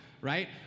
right